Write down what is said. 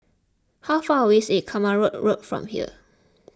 how far away is Kramat Road from here